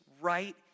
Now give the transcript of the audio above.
right